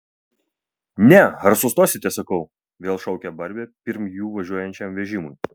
ne ar sustosite sakau vėl šaukia barbė pirm jų važiuojančiam vežimui